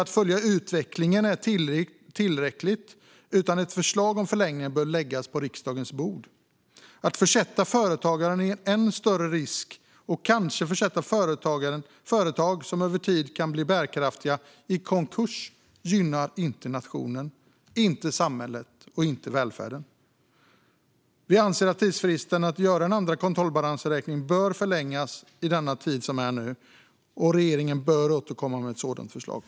Att följa utvecklingen är inte tillräckligt, utan ett förslag om förlängning bör läggas på riksdagens bord. Att försätta företagare i än större risk och att kanske försätta företag som över tid kan bli bärkraftiga i konkurs gynnar inte nationen, samhället eller välfärden. Vi anser att tidsfristen för att göra en andra kontrollbalansräkning bör förlängas i denna tid. Regeringen bör återkomma med ett sådant förslag.